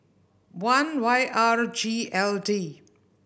one Y R G L D